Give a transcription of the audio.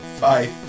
Bye